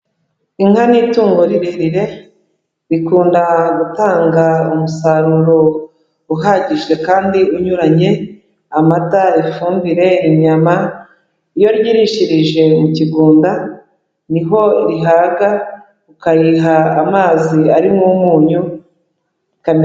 Inka n'itungo rirerire rikunda gutanga umusaruro uhagije kandi unyuranye, amata, ifumbire ,inyama iyo ryirishirije mu kigunda ni ho rihaga, ukayiha amazi arimo umunyu.